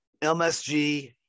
MSG